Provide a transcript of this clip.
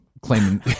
claiming